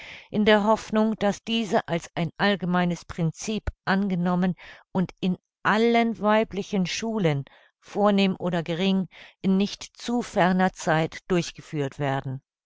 in der hoffnung daß diese als ein allgemeines princip angenommen und in allen weiblichen schulen vornehm oder gering in nicht zu ferner zeit durchgeführt werden